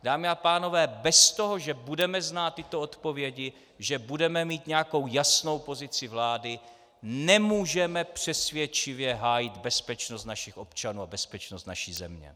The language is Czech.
Dámy a pánové, bez toho, že budeme znát tyto odpovědi, že budeme mít nějakou jasnou pozici vlády, nemůžeme přesvědčivě hájit bezpečnost našich občanů a bezpečnost naší země.